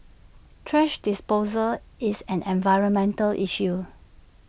thrash disposal is an environmental issue